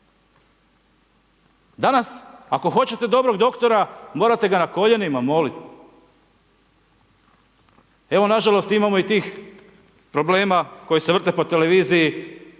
Danas ako hoćete dobrog doktora morate ga na koljenima moliti. Evo na žalost imamo i tih problema koji se vrte po televiziji